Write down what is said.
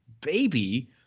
baby